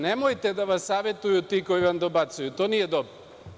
Nemojte da vas savetuju ti koji vam dobacuju, to nije dobro.